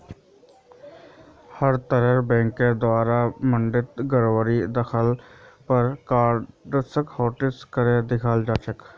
हर तरहर बैंकेर द्वारे फंडत गडबडी दख ल पर कार्डसक हाटलिस्ट करे दियाल जा छेक